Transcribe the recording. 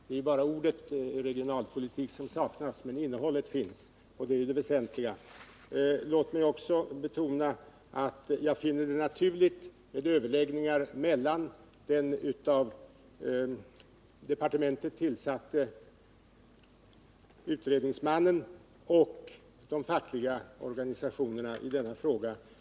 — Det är bara ordet regionalpolitik som saknas, men innehållet finns, och det är det väsentliga. Låt mig också betona att jag finner det naturligt att överläggningar sker mellan den av den tidigare departementschefen tillsatte utredningsmannen och de fackliga organisationerna i denna fråga.